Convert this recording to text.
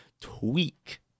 tweak